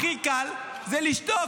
הכי קל זה לשתוק.